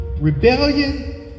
rebellion